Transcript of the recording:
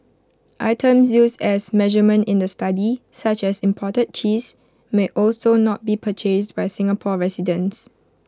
items used as A measurement in the study such as imported cheese may also not be purchased by Singapore residents